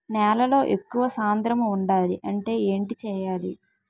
నేలలో ఎక్కువ సాంద్రము వుండాలి అంటే ఏంటి చేయాలి?